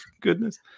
goodness